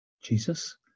Jesus